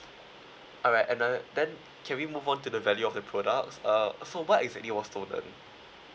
alright and uh then can we move on to the value of the products uh so what exactly was stolen